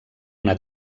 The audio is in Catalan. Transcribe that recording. una